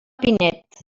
pinet